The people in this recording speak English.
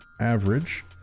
average